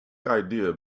idea